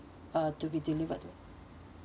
uh to be delivered